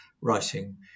writing